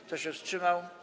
Kto się wstrzymał?